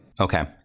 Okay